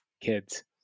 kids